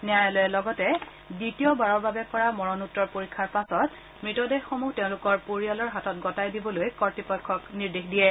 ন্যায়ালয়ে দ্বিতীয়বাৰৰ বাবে কৰা মৰণোত্তৰ পৰীক্ষাৰ পাছত শৱদেহসমূহ তেওঁলোকৰ পৰিয়ালৰ হাতত গতাই দিবলৈও লগতে কৰ্তৃপক্ষক নিৰ্দেশ দিয়ে